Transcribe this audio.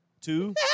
Two